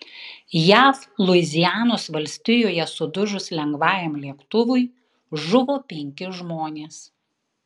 jav luizianos valstijoje sudužus lengvajam lėktuvui žuvo penki žmonės